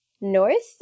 North